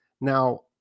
Now